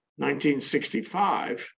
1965